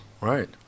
Right